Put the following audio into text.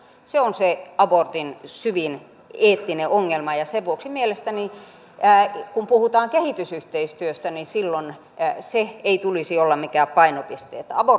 se on se abortin syvin eettinen ongelma ja sen vuoksi mielestäni kun puhutaan kehitysyhteistyöstä silloin sen ei tulisi olla mikään painopiste että abortteja edistetään